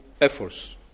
efforts